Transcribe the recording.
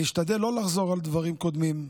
אני אשתדל לא לחזור על דברים קודמים.